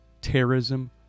terrorism